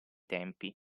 tempi